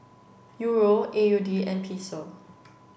Euro A U D and Peso